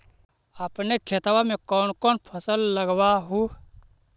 अपन खेतबा मे कौन कौन फसल लगबा हू?